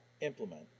implement